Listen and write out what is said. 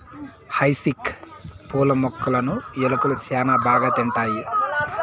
hyacinth పూల మొక్కలును ఎలుకలు శ్యాన బాగా తింటాయి